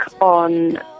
on